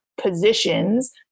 positions